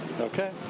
Okay